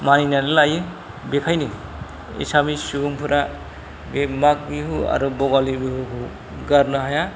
मानिनानै लायो बेखायनो एसामिस सुबुंफोरा बे माग बिहु आरो भगालि बिहु गारनो हाया